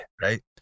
right